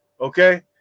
Okay